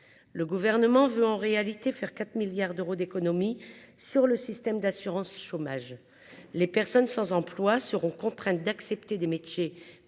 le gouvernement veut en réalité faire 4 milliards d'euros d'économies sur le système d'assurance chômage les personnes sans emploi seront contraints d'accepter des métiers